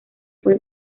fue